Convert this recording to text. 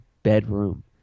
Bedroom